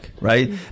right